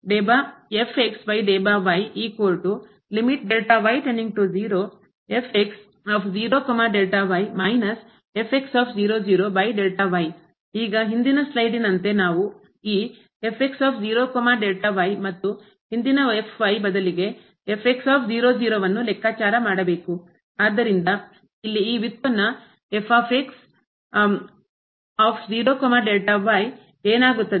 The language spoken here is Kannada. ಈಗ ಹಿಂದಿನ ಸ್ಲೈಡ್ನಂತೆ ನಾವು ಈ ಮತ್ತು ಹಿಂದಿನ ಬದಲಿಗೆ ಅನ್ನು ಲೆಕ್ಕಾಚಾರ ಮಾಡಬೇಕು ಆದ್ದರಿಂದ ಇಲ್ಲಿ ಈ ವ್ಯುತ್ಪನ್ನ ಏನಾಗುತ್ತದೆ